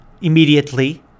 immediately